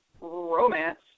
romance